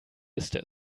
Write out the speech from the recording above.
ist